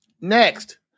next